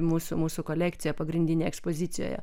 mūsų mūsų kolekcija pagrindinė ekspozicijoje